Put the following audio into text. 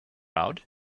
out